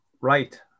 Right